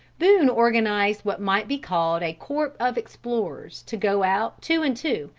boone organized what might be called a corps of explorers to go out two and two,